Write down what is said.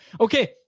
Okay